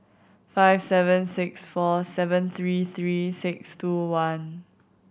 five seven six four seven three three six two one